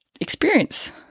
experience